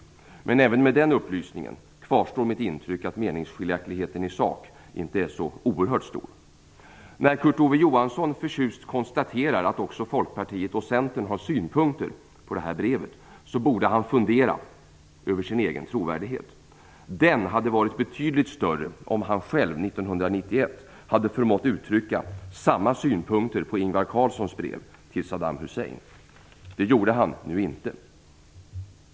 Även med kännedom om den upplysningen kvarstår dock mitt intryck att meningsskiljaktigheten i sak inte är så oerhört stor. När Kurt Ove Johansson förtjust konstaterar att också Folkpartiet och Centern har synpunkter på det här brevet borde han fundera över sin egen trovärdighet. Den hade varit betydligt större, om han själv 1991 hade förmått uttrycka samma synpunkter på Ingvar Carlssons brev till Saddam Hussein. Det gjorde han nu inte.